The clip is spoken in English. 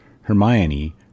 Hermione